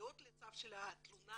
מגיעות לסף התלונה